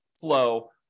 flow